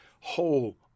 whole